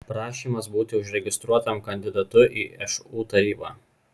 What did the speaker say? prašymas būti užregistruotam kandidatu į šu tarybą